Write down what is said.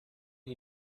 are